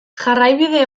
jarraibide